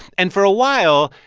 and for a while,